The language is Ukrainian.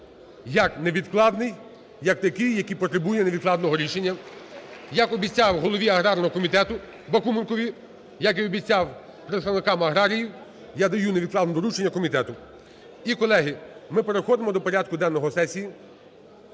як невідкладний, як такий, який потребує невідкладного рішення. Як обіцяв голові аграрного комітету Бакуменку, як і обіцяв представникам аграрії, я даю невідкладне доручення комітету. І, колеги, ми переходимо до порядку денного сесії.